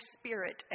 Spirit